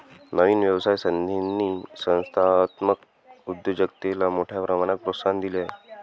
नवीन व्यवसाय संधींनी संस्थात्मक उद्योजकतेला मोठ्या प्रमाणात प्रोत्साहन दिले आहे